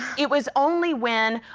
it was only when,